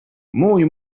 mój